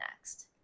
next